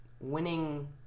Winning